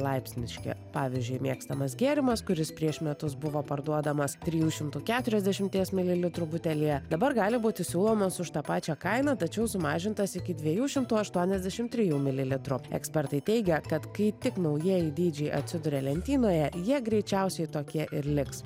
laipsniški pavyzdžiui mėgstamas gėrimas kuris prieš metus buvo parduodamas trijų šimtų keturiasdešimties mililitrų butelyje dabar gali būti siūlomas už tą pačią kainą tačiau sumažintas iki dviejų šimtų aštuoniasdešim trijų mililitrų ekspertai teigia kad kai tik naujieji dydžiai atsiduria lentynoje jie greičiausiai tokie ir liks